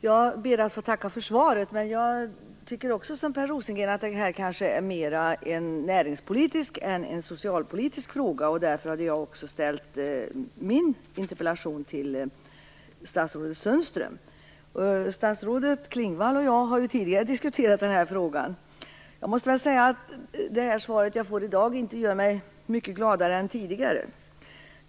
Jag ber att få tacka för svaret. Men jag tycker också som Per Rosengren - att detta kanske mer är en näringspolitisk än en socialpolitisk fråga. Därför hade också jag ställt min interpellation till statsrådet Sundström. Statsrådet Klingvall och jag har tidigare diskuterat denna fråga. Det svar jag får i dag gör mig inte mycket gladare än tidigare.